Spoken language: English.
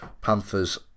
Panthers